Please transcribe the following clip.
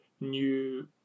new